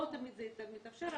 לא תמיד זה מתאפשר.